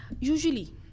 usually